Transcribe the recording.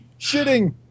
Shitting